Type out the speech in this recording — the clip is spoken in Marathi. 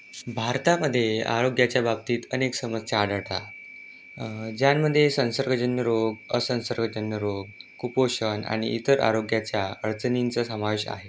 भारतामध्ये आरोग्याच्या बाबतीत अनेक समस्या आढळतात ज्यामध्ये संसर्गजन्य रोग असंसर्गजन्य रोग कुपोषण आणि इतर आरोग्याच्या अडचणींचा समावेश आहे